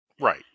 right